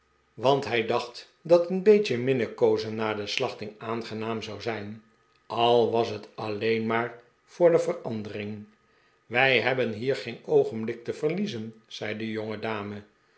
want hij dacht dat een beetje minnekoozen na de slachting aangenaam zou zijn al was het alleen maar voor de verandering wij hebben hier geen oogenblik te verliezen zei de